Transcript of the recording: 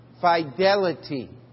fidelity